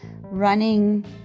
running